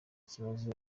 kibazo